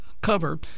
Cover